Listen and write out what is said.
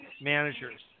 managers